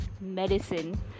medicine